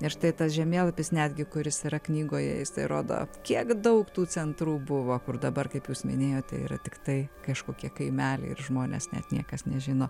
ir štai tas žemėlapis netgi kuris yra knygoje tai rodo kiek daug tų centrų buvo kur dabar kaip jūs minėjote yra tiktai kažkokie kaimeliai ir žmonės net niekas nežino